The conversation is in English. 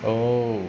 oh